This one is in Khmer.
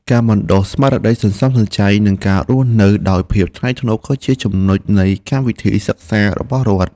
ការបណ្តុះស្មារតីសន្សំសំចៃនិងការរស់នៅដោយភាពថ្លៃថ្នូរក៏ជាចំណុចសំខាន់នៃកម្មវិធីសិក្សារបស់រដ្ឋ។